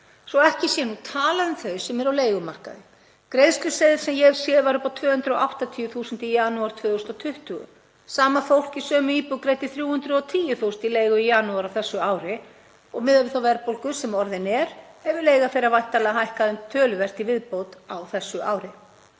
ég ekki minnst á þau sem eru á leigumarkaði. Greiðsluseðill sem ég hef séð var upp á 280.000 í janúar 2020. Sama fólk í sömu íbúð greiddi 310.000 í leigu í janúar á þessu ári og miðað við þá verðbólgu sem orðin er hefur leiga þeirra væntanlega hækkað töluvert í viðbót á þessu ári.